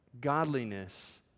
godliness